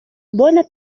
bona